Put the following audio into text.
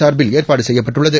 சார்பில் ஏற்பாடு செய்யப்பட்டுள்ளது